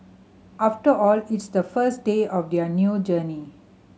after all it's the first day of their new journey